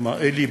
אמר: אלי,